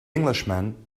englishman